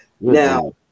Now